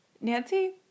Nancy